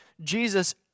Jesus